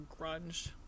grunge